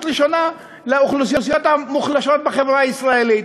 ראשונה לאוכלוסיות המוחלשות בחברה הישראלית.